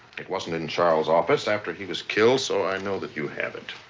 it wasn't in charles' office after he was killed, so i know that you have it.